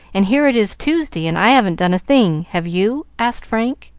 and here it is tuesday and i haven't done a thing have you? asked frank.